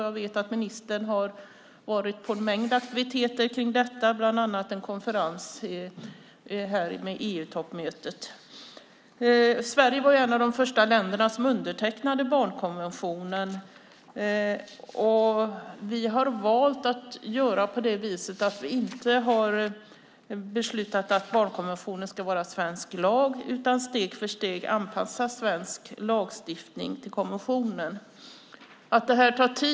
Jag vet att ministern har varit på en mängd aktiviteter runt detta, bland annat en konferens i samband med EU-toppmötet. Sverige var ett av de första länder som undertecknade barnkonventionen. Vi har valt att inte besluta att barnkonventionen ska vara svensk lag, utan i stället steg för steg anpassa svensk lagstiftning till konventionen. Detta tar tid.